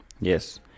Yes